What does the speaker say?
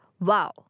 wow